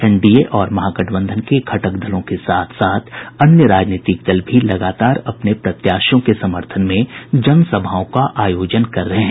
NDA और महागठबंधन के घटक दलों के साथ साथ अन्य राजनीतिक दल भी लगातार अपने प्रत्याशियों के समर्थन में जनसभाओं का आयोजन कर रहे हैं